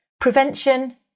Prevention